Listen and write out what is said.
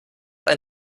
ein